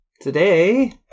Today